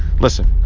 listen